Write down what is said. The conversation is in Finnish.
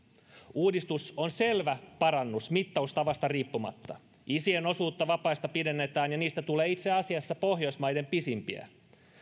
uudistus on selvä parannus mittaustavasta riippumatta isien osuutta vapaista pidennetään ja niistä tulee itse asiassa pohjoismaiden pisimpiä